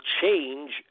change